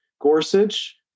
Gorsuch